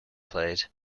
played